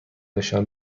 نشان